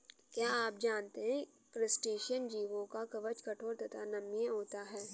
क्या आप जानते है क्रस्टेशियन जीवों का कवच कठोर तथा नम्य होता है?